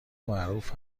معروف